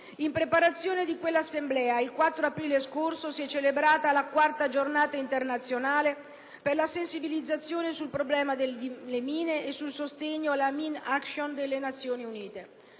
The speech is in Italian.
In preparazione di questa Assemblea, il 4 aprile scorso, si è celebrata la quarta giornata internazionale per la sensibilizzazione sul problema delle mine e sul sostegno alla *mine action* delle Nazioni Unite.